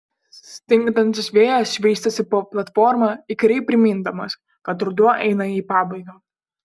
stingdantis vėjas švaistėsi po platformą įkyriai primindamas kad ruduo eina į pabaigą